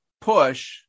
push